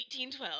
1812